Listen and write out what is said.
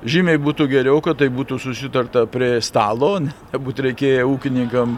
žymiai būtų geriau kad tai būtų susitarta prie stalo nebūt reikėję ūkininkam